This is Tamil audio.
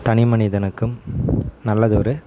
தனி மனிதனுக்கும் நல்லதொரு